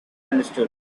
understood